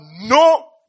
no